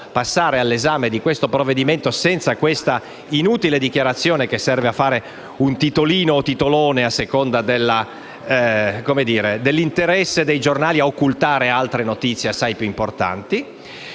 passare all'esame del provvedimento in titolo senza l'inutile dichiarazione che serve a fare un titolino o un titolone, a seconda dell'interesse dei giornali a occultare altre notizie assai più importanti.